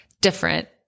different